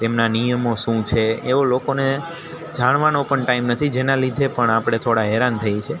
તેમના નિયમો શું છે એવું લોકોને જાણવાનો પણ ટાઈમ નથી જેના લીધે પણ આપણે થોડા હેરાન થઈએ છીએ